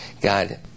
God